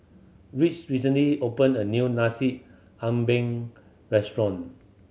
Rich recently opened a new nasi restaurant